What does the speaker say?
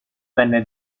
venne